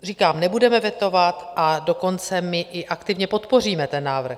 Říkám, nebudeme vetovat, a dokonce i aktivně podpoříme ten návrh.